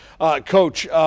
Coach